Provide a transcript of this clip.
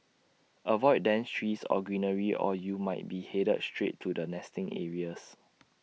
avoid dense trees or greenery or you might be headed straight to their nesting areas